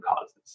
causes